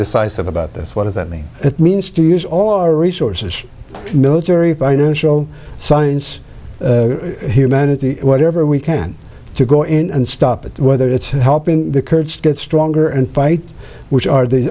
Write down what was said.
decisive about this what does that mean it means to use all our resources military financial science humanity whatever we can to go in and stop it whether it's helping the kurds get stronger and fight which are the